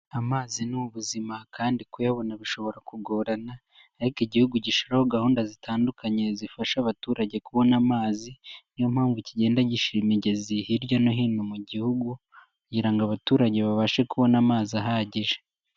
Amazi ni ubuzima kandi kuyabona bishobora kugorana ariko igihugu gishyiraho gahunda zitandukanye zifasha abaturage kubona amazi, ni yo mpamvu kigenda gishyirama imigezi hirya no hino mu gihugu kugira ngo abaturage babashe kubona amazi ahagije.